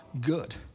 good